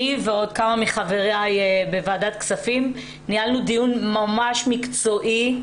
אני ועוד כמה מחבריי בוועדת כספים ניהלנו דיון ממש מקצועי.